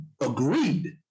agreed